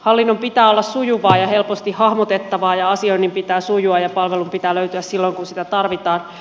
hallinnon pitää olla sujuvaa ja helposti hahmotettavaa ja asioinnin pitää sujua ja palvelun pitää löytyä silloin kun sitä tarvitaan